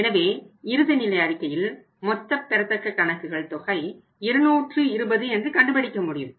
எனவே இறுதிநிலை அறிக்கையில் மொத்தப் பெறத்தக்க கணக்குகள் தொகை 220 என்று கண்டுபிடிக்க முடியும்